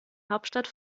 hauptstadt